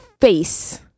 face